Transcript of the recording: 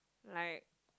like